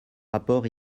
rapport